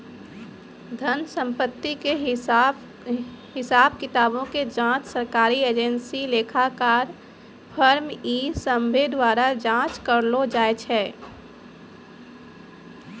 धन संपत्ति के हिसाब किताबो के जांच सरकारी एजेंसी, लेखाकार, फर्म इ सभ्भे द्वारा जांच करलो जाय छै